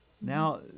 now